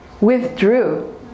withdrew